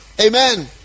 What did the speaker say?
Amen